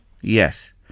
Yes